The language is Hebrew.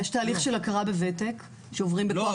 יש תהליך של הכרה בוותק, שעוברים בכח אדם.